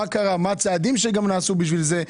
מה קרה ומהם הצעדים שנעשו בשביל זה.